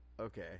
okay